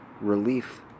relief